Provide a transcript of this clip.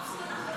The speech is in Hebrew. לא.